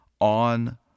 on